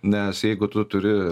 nes jeigu tu turi